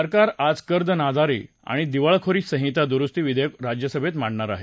सरकार आज कर्ज नादारी आणि दिवाळखोरी संहिता दुरुस्ती विधेयक राज्यसभेत मांडणार आहे